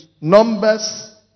Numbers